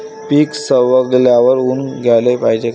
पीक सवंगल्यावर ऊन द्याले पायजे का?